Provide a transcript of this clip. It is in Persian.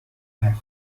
حرفه